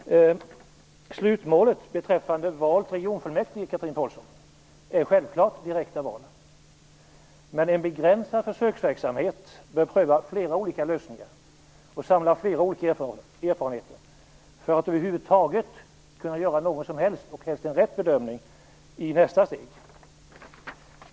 Slutmålet när det gäller val till regionfullmäktige är självklart direkta val, Chatrine Pålsson. Men en begränsad försöksverksamhet bör pröva flera olika lösningar och samla olika erfarenheter, för att vi skall kunna göra en - helst riktig - bedömning i nästa steg.